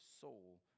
soul